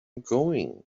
going